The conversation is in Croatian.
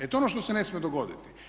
E to je ono što se ne smije dogoditi.